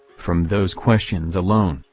from those questions alone,